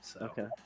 Okay